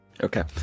Okay